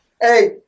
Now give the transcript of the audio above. hey